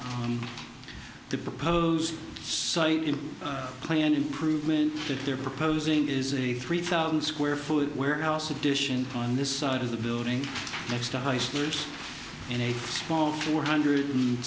on the proposed so in play and improvement that they're proposing is a three thousand square foot warehouse addition on this side of the building next to high schoolers in a small four hundred